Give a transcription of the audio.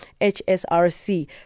HSRC